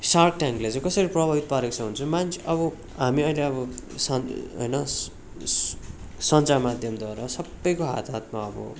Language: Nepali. सार्क ट्यान्कले चाहिँ कसरी प्रभावित पारेको छ भने चाहिँ मान्छे अब हामी अहिले अब सा होइन सञ्चार माध्यम द्वारा सबैको हात हातमा अब